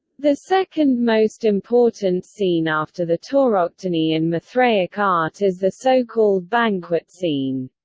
the second most important scene after the tauroctony in mithraic art is the so-called banquet scene.